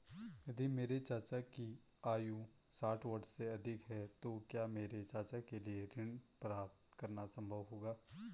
यदि मेरे चाचा की आयु साठ वर्ष से अधिक है तो क्या मेरे चाचा के लिए ऋण प्राप्त करना संभव होगा?